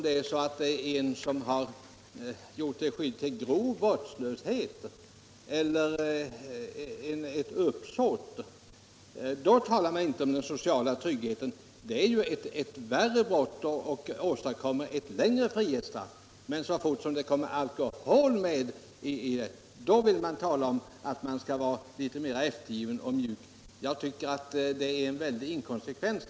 Om en person har gjort sig skyldig till grov vårdslöshet eller om uppsåt förelegat, då talar man inte om den sociala tryggheten. Det är ju brott som medför längre frihetsstraff. Men så fort som alkohol kommer med i bilden talas det om att man skall vara litet mer eftergiven och mjuk. Jag tycker att det är en väldig inkonsekvens.